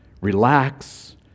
Relax